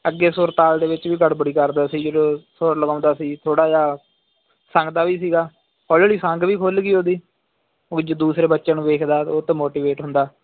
ਅੱਗੇ ਸੁਰਤਾਲ ਦੇ ਵਿੱਚ ਵੀ ਗੜਬੜੀ ਕਰਦਾ ਸੀ ਜਦੋਂ ਸੁਰ ਲਗਾਉਂਦਾ ਸੀ ਥੋੜ੍ਹਾ ਜਿਹਾ ਸੰਗਦਾ ਵੀ ਸੀਗਾ ਹੌਲੀ ਹੌਲੀ ਸੰਗ ਵੀ ਖੁੱਲ ਗਈ ਉਹਦੀ ਉਹ ਦੂਸਰੇ ਬੱਚਿਆਂ ਨੂੰ ਵੇਖਦਾ ਉਹ ਤੋਂ ਮੋਟੀਵੇਟ ਹੁੰਦਾ